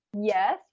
Yes